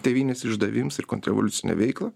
tėvynės išdavims ir kontrrevoliucinė veikla